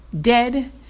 dead